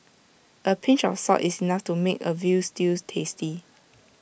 A pinch of salt is enough to make A Veal Stew tasty